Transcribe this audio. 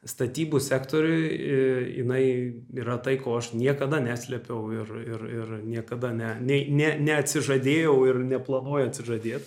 statybų sektoriuj jinai yra tai ko aš niekada neslėpiau ir ir ir niekada ne nei ne neatsižadėjau ir neplanuoju atsižadėt